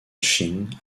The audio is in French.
chine